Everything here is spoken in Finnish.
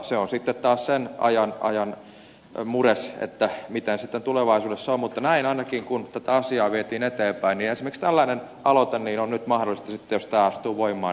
se on sitten taas sen ajan mures miten sitten tulevaisuudessa on mutta näin ainakin kun tätä asiaa vietiin eteenpäin esimerkiksi tällainen aloite on nyt mahdollista sitten jos tämä astuu voimaan tehdä